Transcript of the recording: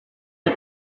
the